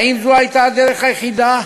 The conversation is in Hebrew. האם זו הייתה הדרך היחידה?